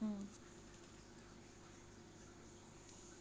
mm